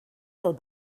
del